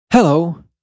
Hello